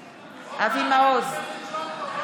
בקרוב אצלך.